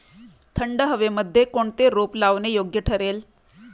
थंड हवेमध्ये कोणते रोप लावणे योग्य ठरेल?